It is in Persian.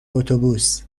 اتوبوس